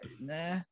Nah